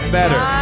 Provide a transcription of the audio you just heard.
better